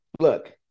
look